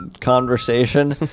conversation